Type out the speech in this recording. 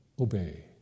obey